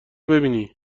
ببینی